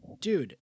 Dude